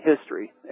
history